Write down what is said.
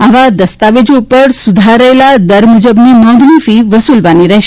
આવા દસ્તાવેજો ઉપર સુધારેલા દર મુજબની નોંધણી ફી વસુલવાની રહેશે